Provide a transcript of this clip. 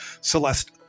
Celeste